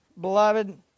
Beloved